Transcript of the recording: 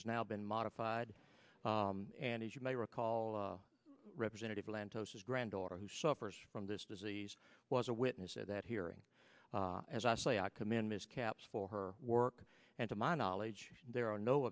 has now been modified and as you may recall representative lantos is granddaughter who suffers from this disease was a witness at that hearing as i say i commend ms caps for her work and to my knowledge there are no